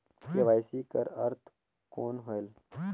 KYC कर अर्थ कौन होएल?